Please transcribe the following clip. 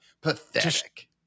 Pathetic